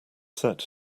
set